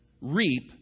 reap